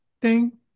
ding